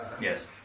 Yes